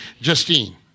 Justine